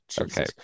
Okay